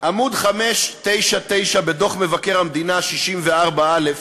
עמוד 599 בדוח מבקר המדינה 64א,